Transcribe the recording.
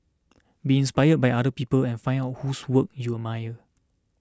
be inspired by other people and find out whose work you admire